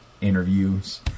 interviews